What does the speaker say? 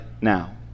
now